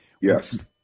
Yes